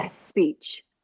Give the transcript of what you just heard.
speech